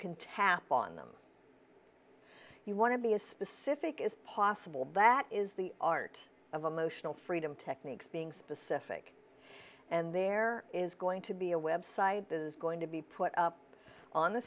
can tap on them you want to be as specific as possible that is the art of emotional freedom techniques being specific and there is going to be a website that is going to be put up on the